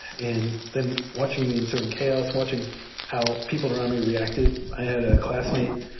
and then watching the ensuing chaos, watching how people around me reacted. i had a classmate,